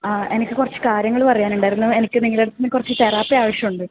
ആ എനിക്ക് കുറച്ച് കാര്യങ്ങള് പറയാൻ ഉണ്ടായിരുന്നു എനിക്ക് നിങ്ങളെ അടുത്ത് നിന്ന് കൊറച്ച് തെറാപ്പി ആവശ്യം ഉണ്ട്